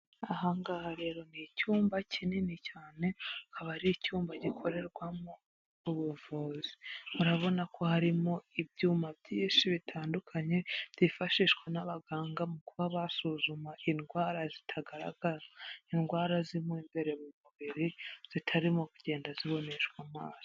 Aha ngaha rero ni icyumba kinini cyane kikaba ari icyumba gikorerwamo ubuvuzi, murabona ko harimo ibyuma byinshi bitandukanye byifashishwa n'abaganga mu kuba basuzuma indwara zitagaragara, indwara zirimo imbere mu mubiri zitarimo kugenda ziboneshwa amaso.